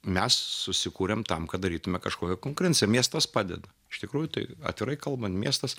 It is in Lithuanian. mes susikurėm tam kad darytumėme kažkokią konkurenciją miestas padeda iš tikrųjų tai atvirai kalbant miestas